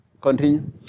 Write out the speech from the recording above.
Continue